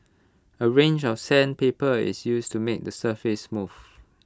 A range of sandpaper is used to make the surface smooth